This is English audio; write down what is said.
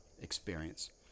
experience